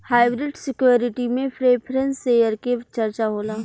hybrid security में preference share के चर्चा होला